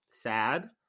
Sad